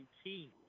team